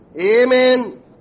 Amen